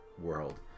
world